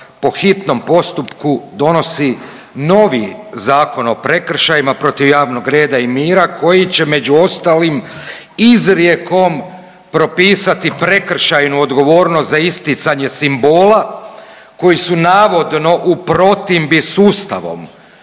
po hitnom postupku donosi novi Zakon o prekršajima protiv javnog reda i mira koji će među ostalim izrijekom propisati prekršajnu odgovornost za isticanje simbola koji su navodno u protimbi sa Ustavom